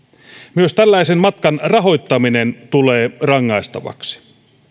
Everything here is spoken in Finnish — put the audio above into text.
myös tällaisen matkan rahoittaminen tulee rangaistavaksi